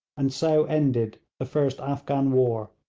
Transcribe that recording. and so ended the first afghan war,